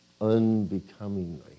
unbecomingly